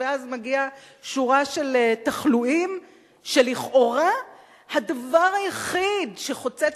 ואז מגיעה שורה של תחלואים שלכאורה הדבר היחיד שחוצץ